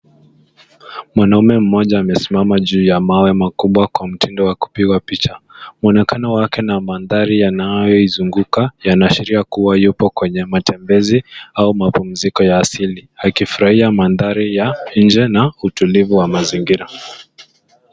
Mwanaume mmoja amesimama juu ya mawe makubwa kwa mtindo wa kupigwa picha. Muonekano wake na mandhari yanayoizunguka, yanaashiria kuwa yupo kwenye matembezi au mapumziko ya asili, akifurahia mandhari ya nje na utulivu wa mazingira.